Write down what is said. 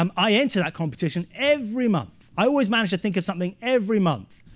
um i enter that competition every month. i always manage to think of something every month.